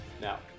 Now